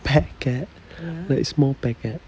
packet like small packet